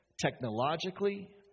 technologically